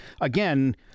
again